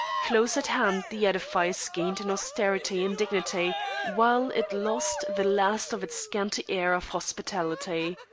close at hand the edifice gained in austerity and dignity while it lost the last of its scanty air of hospitality.